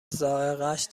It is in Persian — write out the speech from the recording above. ذائقهاش